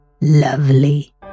Lovely